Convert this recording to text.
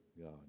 God